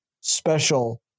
special